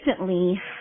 Recently